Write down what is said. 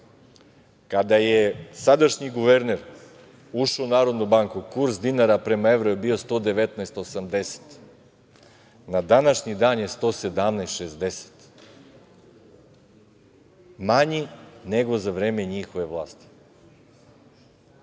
kada je sadašnji guverner ušao u Narodnu banku, kurs dinara prema evru je bio 119,80. Na današnji dan je 117,60. Manji je nego za vreme njihove vlasti. Ovo